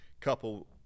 couple